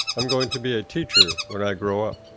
i'm going to be a teacher when i grow up